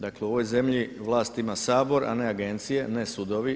Dakle, u ovoj zemlji vlast ima Sabor a ne agencije, ne sudovi.